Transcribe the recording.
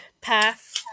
path